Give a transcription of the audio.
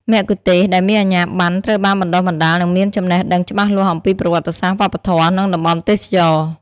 មគ្គុទ្ទេសក៍ដែលមានអាជ្ញាប័ណ្ណត្រូវបានបណ្តុះបណ្តាល និងមានចំណេះដឹងច្បាស់លាស់អំពីប្រវត្តិសាស្ត្រ វប្បធម៌ និងតំបន់ទេសចរណ៍។